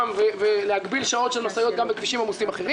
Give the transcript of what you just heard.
שנבנו בקרוואנים בכל מיני מקומות.